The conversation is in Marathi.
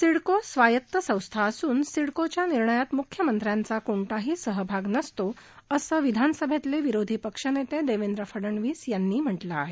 सिडको स्वायत्त संस्था असून सिडकोच्या निर्णयात मुख्यमंत्र्यांचा कोणताही सहभाग नसतो असं विधानसभेतले विरोधी पक्षनेते देवेंद्र फडवणीस यांनी म्हटलं आहे